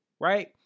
right